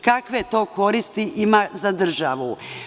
Kakve to koristi ima za državu?